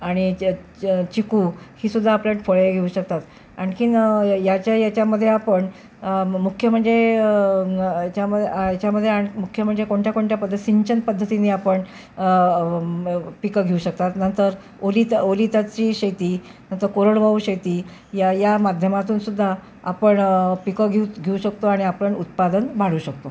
आणि याच्यात च च चिकू ही सुद्धा आपण फळे घेऊ शकतात आणखी याच्या याच्यामध्ये आपण मुख्य म्हणजे याच्यामध्ये याच्यामध्ये आणखी मुख्य म्हणजे कोणत्या कोणत्या पद्धती सिंचन पद्धतीने आपण पिकं घेऊ शकतात नंतर ओलित ओलिताची शेती नंतर कोरडवाहू शेती या या माध्यमातून सुद्धा आपण पिकं घेऊ घेऊ शकतो आणि आपण उत्पादन वाढवू शकतो